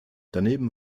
daneben